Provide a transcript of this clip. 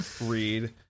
read